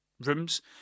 rooms